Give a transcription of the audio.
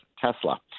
Tesla